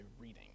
reading